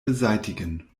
beseitigen